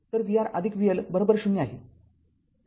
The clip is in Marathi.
तर vR vL ० आहे